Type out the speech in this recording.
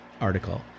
article